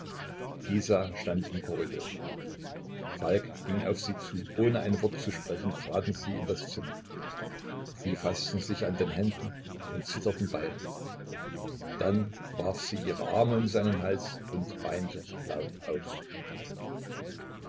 isa stand im korridor falk ging auf sie zu ohne ein wort zu sprechen traten sie in das zimmer sie faßten sich an den händen und zitterten beide dann warf sie ihre arme um seinen hals und weinte laut auf